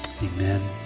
Amen